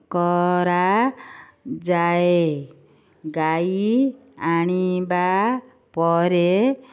କରାଯାଏ ଗାଈ ଆଣିବା ପରେ